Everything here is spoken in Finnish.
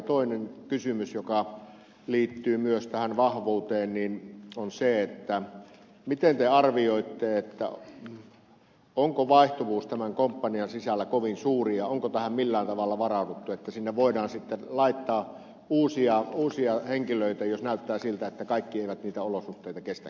toinen kysymys joka liittyy myös tähän vahvuuteen on se miten te arvioitte onko vaihtuvuus tämän komppanian sisällä kovin suuri ja onko tähän millään tavalla varauduttu että sinne voidaan sitten laittaa uusia henkilöitä jos näyttää siltä että kaikki eivät niitä olosuhteita kestäkään